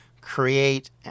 create